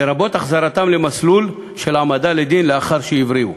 לרבות החזרתם למסלול של העמדה לדין לאחר שהבריאו.